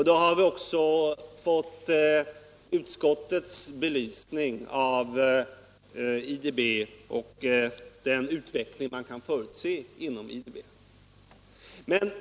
Då har vi också fått utskottets belysning av den utveckling man kan förutse inom IDB.